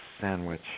Sandwich